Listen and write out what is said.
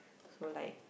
so like